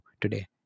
today